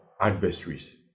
adversaries